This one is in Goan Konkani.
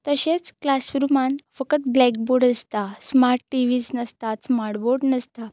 तशेंच क्लासरुमान फकत ब्लॅकबोर्ड आसता स्मार्ट टिवीझ नासतातात स्मार्ट बोर्ड नासता